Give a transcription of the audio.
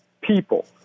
people